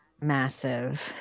massive